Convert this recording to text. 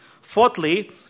Fourthly